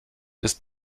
ist